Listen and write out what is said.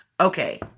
Okay